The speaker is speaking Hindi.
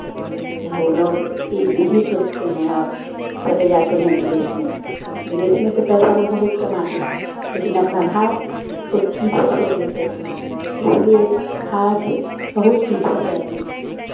वो लोग ई नहीं सोचते हैं और चले जाते हैं विदेश में विदेश में तो पैसा वो बहुत कमाते हैं लेकिन अपना भारत को पीछे छोड़ देते हैं इसलिए भारत बहुत पीछे है अभी